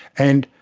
and